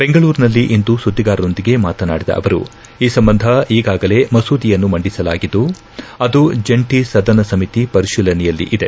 ಬೆಂಗಳೂರಿನಲ್ಲಿಂದು ಸುದ್ದಿಗಾರರೊಂದಿಗೆ ಮಾತನಾಡಿದ ಅವರು ಈ ಸಂಬಂಧ ಈಗಾಗಲೇ ಮಸೂದೆಯನ್ನು ಮಂದಿಸಲಾಗಿದ್ದು ಅದು ಜಂಟಿ ಸದನ ಸಮಿತಿ ಪರಿಶೀಲನೆಯಲ್ಲಿದೆ